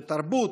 בתרבות,